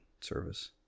service